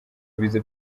biza